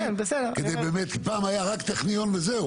כי פעם היה רק הטכניון וזהו,